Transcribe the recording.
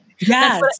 Yes